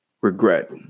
regret